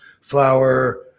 flour